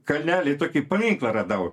kalnely tokį paminklą radau